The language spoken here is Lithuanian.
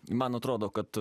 man atrodo kad